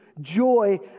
joy